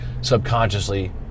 subconsciously